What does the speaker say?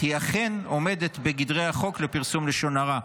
אכן עומדת בגדרי החוק לפרסום לשון הרע.